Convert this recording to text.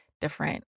different